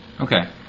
Okay